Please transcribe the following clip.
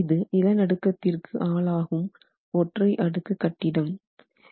இது நிலநடுக்கத்திற்கு ஆளாகும் ஒற்றை அடுக்கு கட்டிடம் ஆகும்